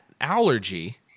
allergy